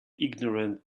ignorant